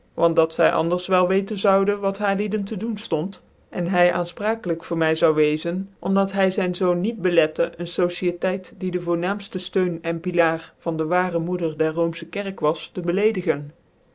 want dat zy anders wel weten zoude wat haarlieden te doen ftond cn hy aanfprcckclijk voor my zoude weczen om dat hy zyn zoon niet belette ccn sociëteit die de voornaamftc ftcun en pilaar van de waarc moeder der roomfche kerk was te